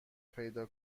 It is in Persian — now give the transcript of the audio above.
پیدا